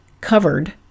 covered